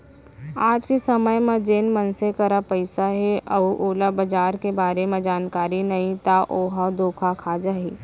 आज के समे म जेन मनसे करा पइसा हे अउ ओला बजार के बारे म जानकारी नइ ता ओहा धोखा खा जाही